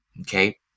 okay